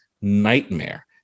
nightmare